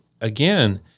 again